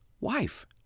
wife